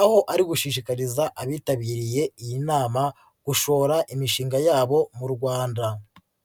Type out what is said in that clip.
aho ari gushishikariza abitabiriye iyi nama gushora imishinga yabo mu Rwanda.